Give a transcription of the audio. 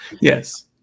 Yes